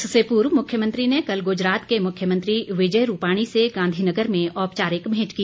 इससे पूर्व मुख्यमंत्री ने कल गुजरात के मुख्यमंत्री विजय रूपाणी से गांधीनगर में औपचारिक भेंट की